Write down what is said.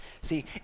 See